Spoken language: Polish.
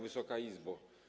Wysoka Izbo!